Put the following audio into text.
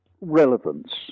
relevance